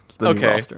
Okay